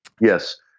Yes